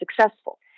successful